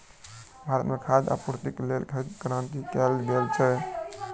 भारत में खाद्य पूर्तिक लेल हरित क्रांति कयल गेल छल